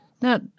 Now